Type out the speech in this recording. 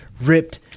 ripped